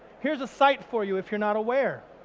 here's a site for you if you're not aware.